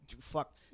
Fuck